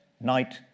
night